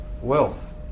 wealth